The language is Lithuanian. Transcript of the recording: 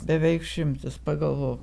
beveik šimtas pagalvok